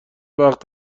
وقت